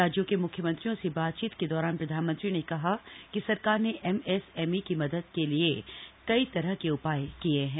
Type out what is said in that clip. राज्यों के मुख्यमंत्रियों से बातचीत के दौरान प्रधानमंत्री ने कहा कि सरकार ने एमएसएमई की मदद के लिए कई तरह के उपाय किये हैं